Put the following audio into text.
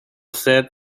set